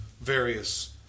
various